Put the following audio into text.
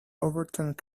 overturned